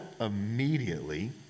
immediately